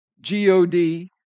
G-O-D